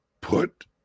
put